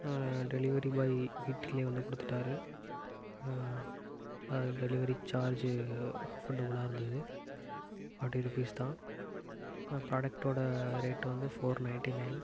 delivery boy வீட்டிலையே வந்து கொடுத்துட்டாரு டெலிவரி சார்ஜ் அஃபோர்டபுளாக இருந்தது ஃபாட்டி ரூபீஸ் தான் ஆனால் ப்ராடக்டோட ரேட் வந்து ஃபோர் நயன்ட்டி நயன்